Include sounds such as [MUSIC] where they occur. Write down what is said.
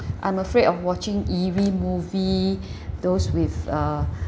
[BREATH] I'm afraid of watching eerie movie [BREATH] those with uh [BREATH]